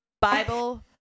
Bible